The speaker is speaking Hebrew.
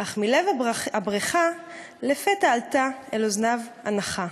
אך מלב הבריכה / לפתע עלתה אל אוזניו אנחה.